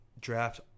draft